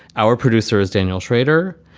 our producer is daniel shrader.